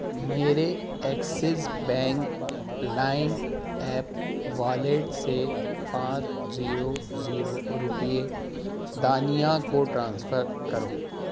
میرے Axis bank lime app wallet سے پانچ زیرو زیرو روپے دانیہ کو ٹرانسفر کرو